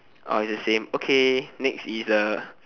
ah its the same okay next is the